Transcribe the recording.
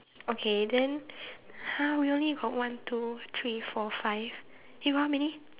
okay then !huh! we only got one two three four five you got how many